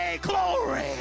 glory